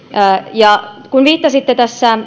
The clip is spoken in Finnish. ja kun viittasitte